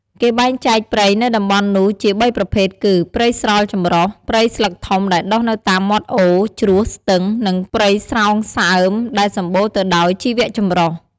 គេបែងចែកព្រៃនៅតំបន់នោះជាបីប្រភេទគឺ ព្រៃស្រល់ចម្រុះ ព្រៃស្លឹកធំដែលដុះនៅតាមមាត់អូរ ជ្រោះ ស្ទឹង និងព្រៃស្រោងសើមដែលសំបូរទៅដោយជីវចម្រុះ។